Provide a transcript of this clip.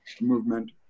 movement